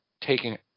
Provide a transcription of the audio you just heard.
taking